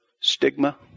stigma